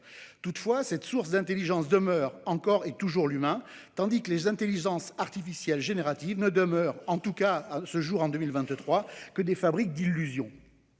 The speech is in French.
Toutefois, cette source d'intelligence repose encore et toujours sur l'humain, tandis que les intelligences artificielles génératives ne demeurent, en tout cas en 2023, que des fabriques d'illusions.